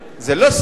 זה לא סתם.